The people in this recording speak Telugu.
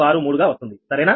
9763 గా వస్తుంది సరేనా